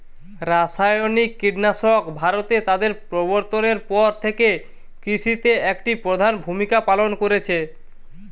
রাসায়নিক কীটনাশক ভারতে তাদের প্রবর্তনের পর থেকে কৃষিতে একটি প্রধান ভূমিকা পালন করেছে